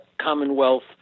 Commonwealth